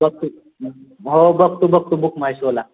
बघतो हो बघतो बघतो बुक माय शोला